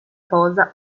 posa